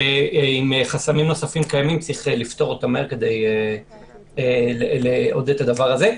ואם קיימים חסמים נוספים אז צריך לפתור אותם מהר כדי לעודד את הדבר הזה.